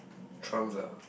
trunks lah